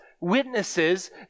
witnesses